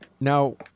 Now